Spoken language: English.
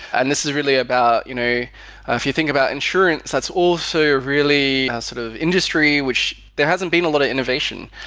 and this is really about you know ah if you think about insurance, that's also a really sort of industry, which there hasn't been a lot of innovation.